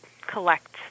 collect